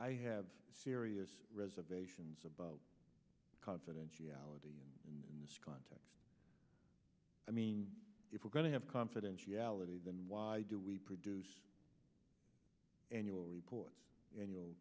i have serious reservations about confidentiality and in this context i mean if we're going to have confidentiality then why do we produce annual reports